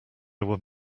would